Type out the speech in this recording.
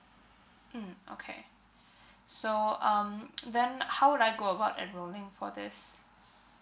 mm okay so um then how would I go about enroling for this